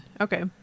Okay